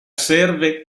serve